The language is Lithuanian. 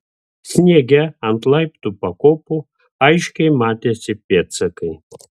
sniege ant laiptų pakopų aiškiai matėsi pėdsakai